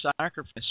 sacrifice